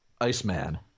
Iceman